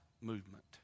movement